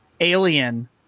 alien